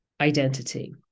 identity